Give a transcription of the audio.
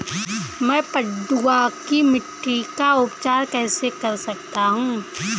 मैं पडुआ की मिट्टी का उपचार कैसे कर सकता हूँ?